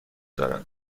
دارد